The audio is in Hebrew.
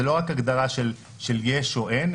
זה לא רק הגדרה של יש או אין,